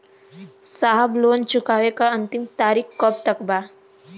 साहब लोन चुकावे क अंतिम तारीख कब तक बा?